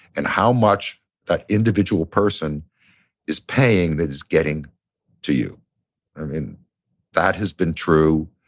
and how much that individual person is paying that is getting to you? i mean that has been true,